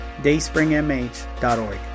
dayspringmh.org